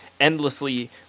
endlessly